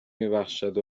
میبخشد